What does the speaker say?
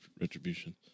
retribution